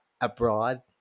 abroad